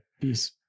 peace